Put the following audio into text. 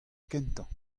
kentañ